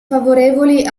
favorevoli